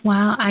Wow